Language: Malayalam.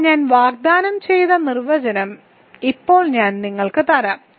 എന്നാൽ ഞാൻ വാഗ്ദാനം ചെയ്ത നിർവചനം ഇപ്പോൾ ഞാൻ നിങ്ങൾക്ക് തരാം